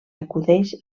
acudeix